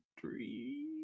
three